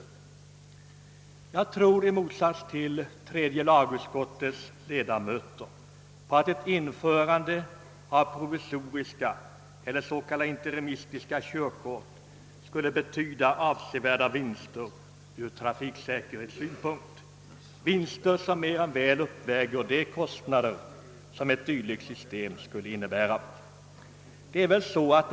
I motsats till ledamöterna i tredje lagutskottet tror jag att ett införande av provisoriska eller s.k. interimistiska körkort skulle betyda avsevärda vinster från trafiksäkerhetssynpunkt och att de vinsterna mer än väl skulle uppväga kostnaderna för att införa ett sådant system.